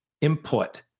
input